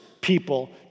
people